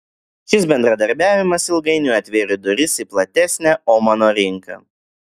šis bendradarbiavimas ilgainiui atvėrė duris į platesnę omano rinką